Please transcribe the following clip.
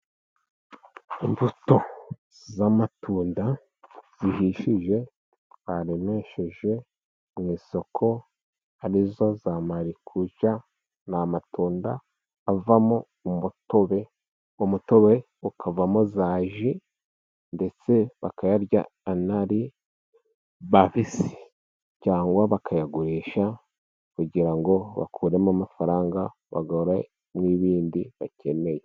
Imbuto z'amatunda zihishije baremesheje mu isoko, ari zo za maracuja, ni amatunda avamo umutobe, umutobe ukavamo za ji, ndetse bakayarya anari mabisi, cyangwa bakayagurisha kugira ngo bakuremo amafaranga, baguremo n'ibindi bakeneye.